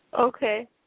Okay